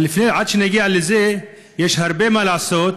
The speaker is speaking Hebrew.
אבל עד שנגיע לזה, יש הרבה מה לעשות.